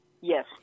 Yes